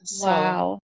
Wow